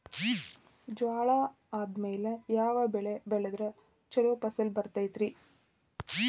ಜ್ವಾಳಾ ಆದ್ಮೇಲ ಯಾವ ಬೆಳೆ ಬೆಳೆದ್ರ ಛಲೋ ಫಸಲ್ ಬರತೈತ್ರಿ?